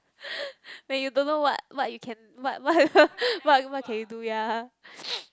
when you don't know what what you can what what what what can you do ya